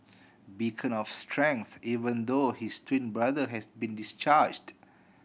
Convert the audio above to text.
beacon of strength even though his twin brother has been discharged